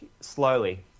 slowly